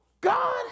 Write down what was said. God